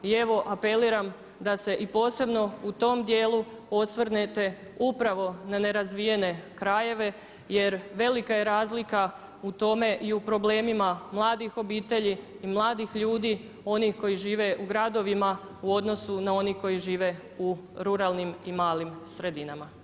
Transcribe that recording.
I evo apeliram da se i posebno u tom dijelu osvrnete upravo na nerazvijene krajeve jer velika je razlika u tome i u problemima mladih obitelji i mladih ljudi, onih koji žive u gradovima u odnosu na one koji žive u ruralnim i malim sredinama.